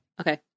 Okay